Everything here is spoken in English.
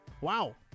Wow